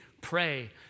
Pray